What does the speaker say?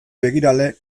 begirale